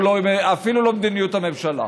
אפילו לא מדיניות הממשלה,